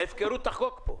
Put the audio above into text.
ההפקרות תחגוג פה.